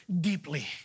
deeply